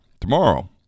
tomorrow